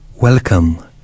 Welcome